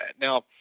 Now